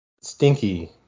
Stinky